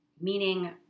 Meaning